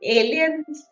aliens